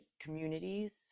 communities